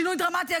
שינוי דרמטי,